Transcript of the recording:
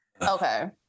Okay